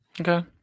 Okay